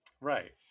right